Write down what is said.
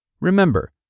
Remember